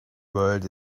whirled